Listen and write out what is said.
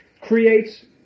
creates